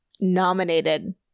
nominated